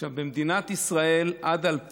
עכשיו, במדינת ישראל, עד 2000